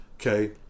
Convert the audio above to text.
Okay